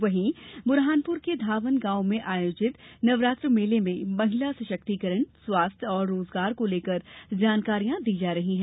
वहीं बुराहनपुर के धावन गांव में आयोजित नवरात्र मेले में महिला सशक्तिकरण स्वास्थ्य और रोजगार को लेकर जानकारियां भी दी जा रही हैं